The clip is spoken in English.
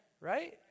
Right